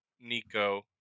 Nico